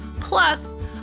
Plus